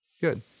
good